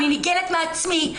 אני נגעלת מעצמי.